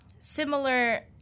similar